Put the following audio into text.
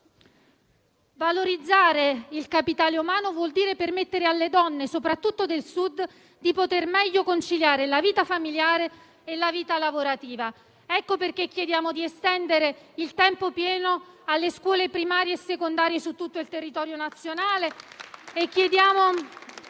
Valorizzare il capitale umano vuol dire permettere alle donne, soprattutto del Sud, di poter meglio conciliare la vita familiare e la vita lavorativa; ecco perché chiediamo di estendere il tempo pieno alle scuole primarie e secondarie su tutto il territorio nazionale